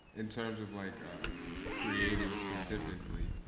in terms of like creating specifically,